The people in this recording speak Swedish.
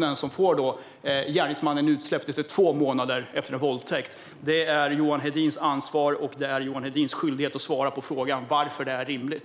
Man får gärningsmannen utsläppt efter två månader efter en våldtäkt. Det är Johan Hedins ansvar och skyldighet att svara på frågan varför detta är rimligt.